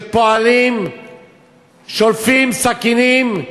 שפועלים שולפים סכינים.